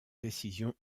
décision